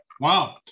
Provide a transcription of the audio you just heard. wow